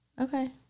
Okay